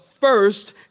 first